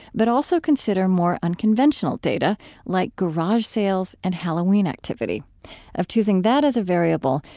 but also consider more unconventional data like garage sales and halloween activity of choosing that as a variable,